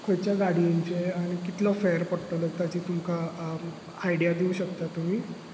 खंयच्या गाडयेंचे आनी कितलो फॅर पडटलो ताची तुमकां आयडिया दिवंक शकता तुमी